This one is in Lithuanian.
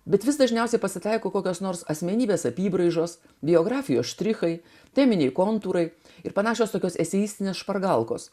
bet vis dažniausiai pasitaiko kokios nors asmenybės apybraižos biografijos štrichai teminiai kontūrai ir panašios tokios eseistinės pagalbos